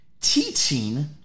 teaching